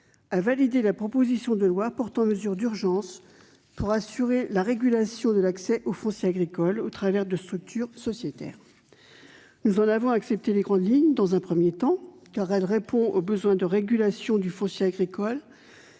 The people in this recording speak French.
approuvé la proposition de loi portant mesures d'urgence pour assurer la régulation de l'accès au foncier agricole au travers de structures sociétaires. Nous en avons d'abord accepté les grandes lignes, car elle répond au besoin de régulation du foncier agricole,